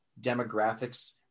demographics